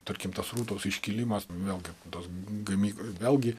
tarkim tas rūtos iškilimas vėlgi tos gamyklos vėlgi